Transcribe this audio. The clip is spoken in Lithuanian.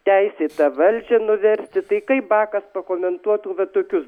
teisėtą valdžią nuversti tai kaip bakas pakomentuotų va tokius